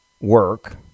work